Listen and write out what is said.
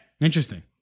Interesting